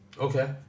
Okay